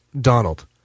Donald